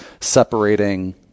separating